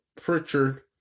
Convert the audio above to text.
Pritchard